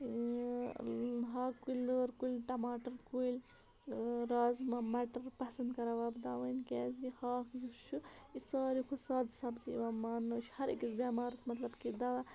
ہاکہٕ کُلۍ لٲر کُلۍ ٹماٹر کُلۍ رازما مَٹَر پَسَنٛد کَران وۄپداوٕنۍ کیٛازِکہِ ہاکھ یُس چھُ یہِ ساروی کھۄتہٕ سادٕ سَبزی یِوان ماننہٕ چھِ ہَر أکِس بٮ۪ٮمارَس مطلب کہِ دَوا